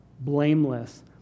blameless